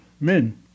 men